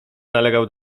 nalegał